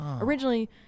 Originally